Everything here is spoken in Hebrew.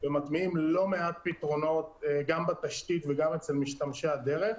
ומטמיעים לא מעט פתרונות גם בתשתית וגם אצל משתמשי הדרך.